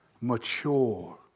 mature